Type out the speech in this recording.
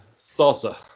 salsa